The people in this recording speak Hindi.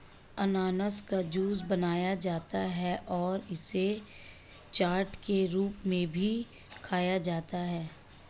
अनन्नास का जूस बनाया जाता है और इसे चाट के रूप में भी खाया जाता है